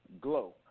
globe